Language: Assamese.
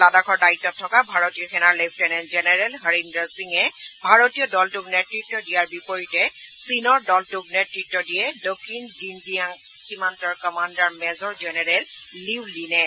লাডাখৰ দায়িত্বত থকা ভাৰতীয় সেনাৰ লেফটেনেণ্ট জেনেৰেল হৰিন্দৰ সিঙে ভাৰতীয় দলটোক নেতৃত্ব দিয়াৰ বিপৰীতে চীনৰ দলটোক নেতৃত্ব দিয়ে দক্ষিণ জিনজিয়াং সীমান্তৰ কামাণ্ডাৰ মেজৰ জেনেৰেল লিউ লিনে